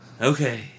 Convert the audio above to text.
Okay